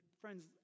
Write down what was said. friends